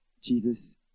Jesus